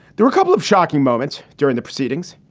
there were a couple of shocking moments during the proceedings,